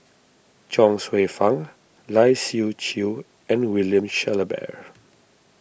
Chuang Hsueh Fang Lai Siu Chiu and William Shellabear